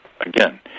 again